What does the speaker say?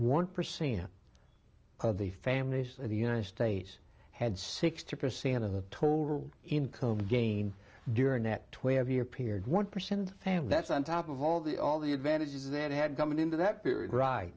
one percent of the families of the united states had sixty percent of the total income gain during that twelve year period one percent and that's on top of all the all the advantages that had come in in that period right